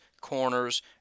corners